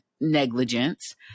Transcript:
negligence